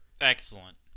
Excellent